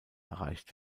erreicht